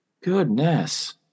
Goodness